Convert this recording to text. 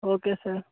okay sir